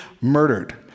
murdered